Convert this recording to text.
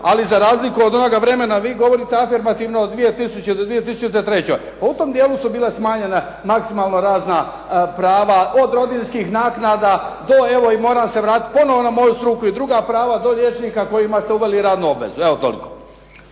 Ali za razliku od onoga vremena, vi govorite afirmativno od 2000. do 2003. pa u tom dijelu su bila smanjena maksimalno razna prava, od rodiljskih naknada do evo i moram se vratit na moju struku, i druga prava do liječnika kojima ste uveli radnu obvezu. Evo toliko.